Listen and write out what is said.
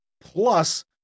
Plus